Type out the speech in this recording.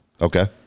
Okay